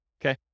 Okay